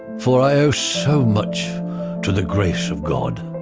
for i owe so much to the grace of god.